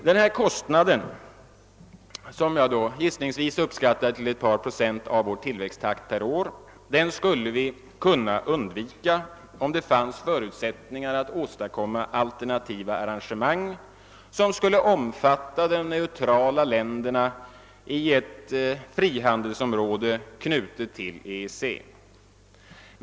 Denna kostnad, som jag alltså gissningsvis uppskattar till ett par procent av vår tillväxttakt per år, skulle vi kunna undvika, om det fanns förutsättningar att åstadkomma alternativa arrangemang, som skulle omfatta de neutrala länderna i ett frihandelsområde knutet till EEC.